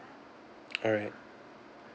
alright